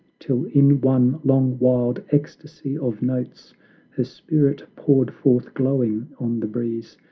till in one long, wild ecstacy of notes her spirit poured forth glowing on the breeze,